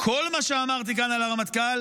כל מה שאמרתי כאן על הרמטכ"ל,